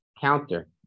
counter